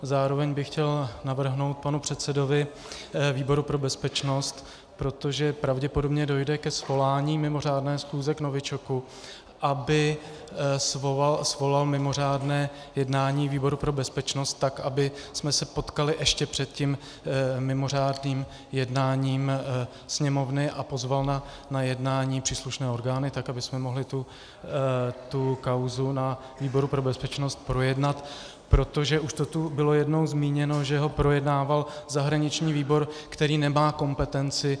Zároveň bych chtěl navrhnout panu předsedovi výboru pro bezpečnost, protože pravděpodobně dojde ke svolání mimořádné schůze k novičoku, aby svolal mimořádné jednání výboru pro bezpečnost tak, abychom se potkali ještě před tím mimořádným jednáním Sněmovny, a pozval na jednání příslušné orgány, tak abychom mohli tu kauzu na výboru pro bezpečnost projednat, protože už to tu bylo jednou zmíněno, že ho projednával zahraniční výbor, který nemá kompetenci.